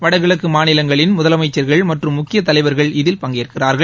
வடகிழக்கு மாநிலங்களின் முதலமைச்சள்கள் மற்றும் முக்கிய தலைவர்கள் இதில் பங்கேற்கிறார்கள்